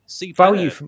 Value